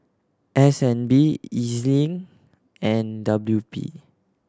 S N B E Z Link and W P